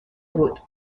بود